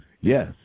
Yes